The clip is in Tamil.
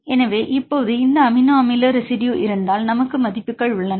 எனவே இப்போது இந்த அமினோ அமில ரெசிடுயு இருந்தால் நமக்கு மதிப்புகள் உள்ளன